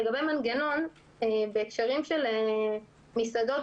לגבי מנגנון בהקשרים של מסעדות